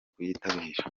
kuyitabira